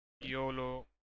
Yolo